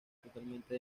totalmente